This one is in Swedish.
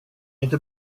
inte